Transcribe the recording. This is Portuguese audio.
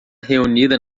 reunida